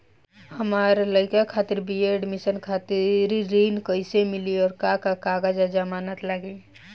हमार लइका खातिर बी.ए एडमिशन खातिर ऋण कइसे मिली और का का कागज आ जमानत लागी?